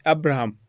Abraham